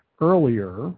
earlier